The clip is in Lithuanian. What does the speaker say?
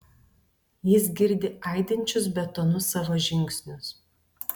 jis girdi aidinčius betonu savo žingsnius